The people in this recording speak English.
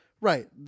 Right